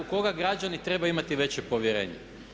U koga građani trebaju imati veće povjerenje?